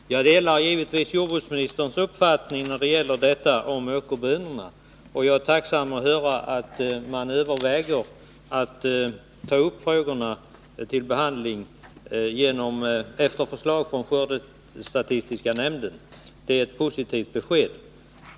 Herr talman! Jag delar givetvis jordbruksministerns uppfattning när det gäller åkerbönorna, och jag är tacksam att höra att man överväger att ta upp frågorna till behandling efter förslag från skördestatistiska nämnden. Det är ett positivt besked.